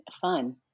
fun